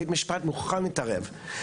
בית משפט מוכרח להתערב.